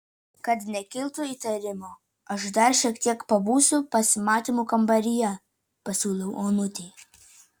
kad nekiltų įtarimo aš dar šiek tiek pabūsiu pasimatymų kambaryje pasiūliau onutei